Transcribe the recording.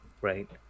right